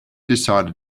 decided